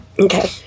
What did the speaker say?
Okay